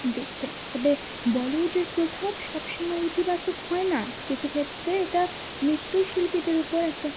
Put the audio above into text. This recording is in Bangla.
দিচ্ছে তবে বলিউডের প্রভাব সবসময় ইতিবাচক হয় না কিছু ক্ষেত্রে এটা নৃত্যশিল্পীদের উপর একটা